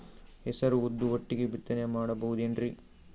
ಹೆಸರು ಉದ್ದು ಒಟ್ಟಿಗೆ ಬಿತ್ತನೆ ಮಾಡಬೋದೇನ್ರಿ?